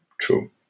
True